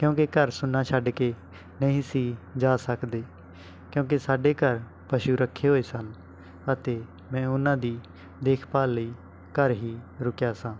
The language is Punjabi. ਕਿਉਂਕਿ ਘਰ ਸੁੰਨਾ ਛੱਡ ਕੇ ਨਹੀਂ ਸੀ ਜਾ ਸਕਦੇ ਕਿਉਂਕਿ ਸਾਡੇ ਘਰ ਪਸ਼ੂ ਰੱਖੇ ਹੋਏ ਸਨ ਅਤੇ ਮੈਂ ਉਹਨਾਂ ਦੀ ਦੇਖ ਭਾਲ ਲਈ ਘਰ ਹੀ ਰੁਕਿਆ ਸਾਂ